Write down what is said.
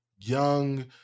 young